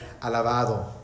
alabado